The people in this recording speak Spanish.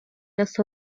los